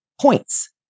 points